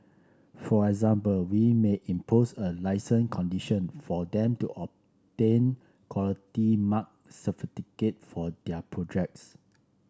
for example we may impose a licence condition for them to obtain Quality Mark certificate for their projects